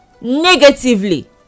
negatively